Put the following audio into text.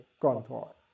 control